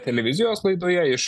televizijos laidoje iš